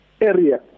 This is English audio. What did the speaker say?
area